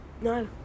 No